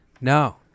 No